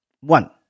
one